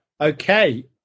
Okay